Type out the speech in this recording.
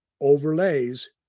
overlays